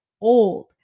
old